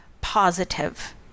positive